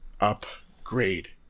upgrade